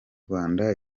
rwanda